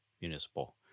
municipal